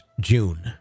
June